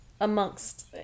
Amongst